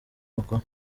mukuru